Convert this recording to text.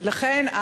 לכן,